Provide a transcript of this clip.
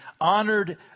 honored